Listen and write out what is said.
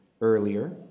earlier